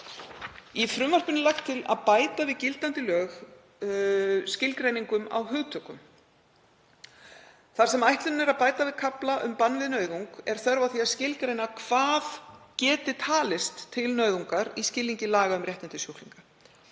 Í frumvarpinu er lagt til að bæta við gildandi lög skilgreiningum á hugtökum. Þar sem ætlunin er að bæta við kafla um bann við nauðung er þörf á því að skilgreina hvað geti talist til nauðungar í skilningi laga um réttindi sjúklinga.